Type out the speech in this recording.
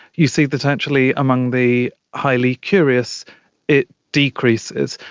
you see that actually among the highly curious it decreases.